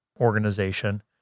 organization